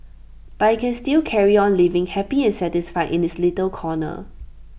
but IT can still carry on living happy and satisfied in its little corner